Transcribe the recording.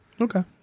Okay